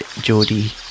geordie